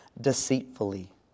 deceitfully